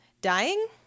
Dying